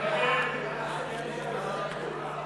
ההצעה להעביר